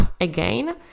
again